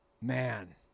Man